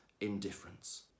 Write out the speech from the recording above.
indifference